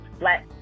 Let